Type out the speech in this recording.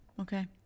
Okay